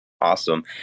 Awesome